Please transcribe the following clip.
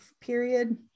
period